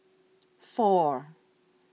four